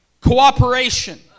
cooperation